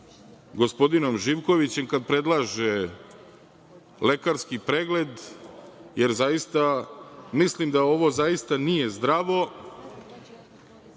gospodinom Živkovićem kada predlaže lekarski pregled, jer mislim da ovo zaista nije zdravo.